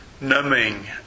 numbing